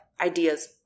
ideas